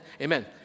Amen